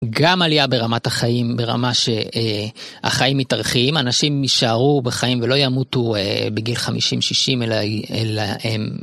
גם עלייה ברמת החיים, ברמה שהחיים מתארחים, אנשים נשארו בחיים ולא ימותו בגיל 50-60 אלא הם...